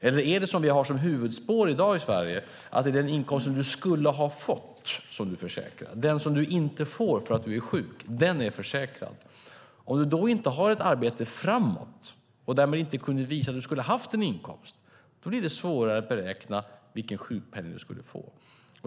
Eller är det det som vi har som huvudspår i dag i Sverige, att det är den inkomst som du skulle ha fått som du försäkrar, den som du inte får för att du är sjuk? Den är försäkrad. Om du då inte har ett arbete framåt och därmed inte kan visa att du skulle ha haft en inkomst, då blir det svårare att beräkna vilken sjukpenning du skulle få.